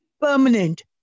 permanent